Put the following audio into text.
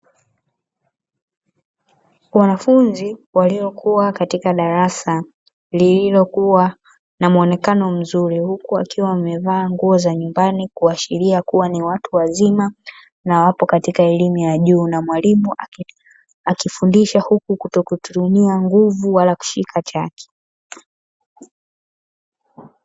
Wanafunzi waliokuwa katika darasa, lililokuwa na muonekano mzuri. Huku wakiwa wamevaa nguo za nyumbani; kuashiria kuwa ni watu wazima na wapo katika elimu ya juu. Na mwalimu akifundisha huku kutokutumia nguvu wala kushika chaki.